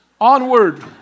Onward